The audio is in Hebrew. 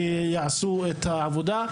שיעשו את העבודה.